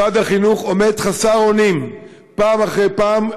משרד החינוך עומד חסר אונים פעם אחר פעם.